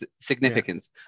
significance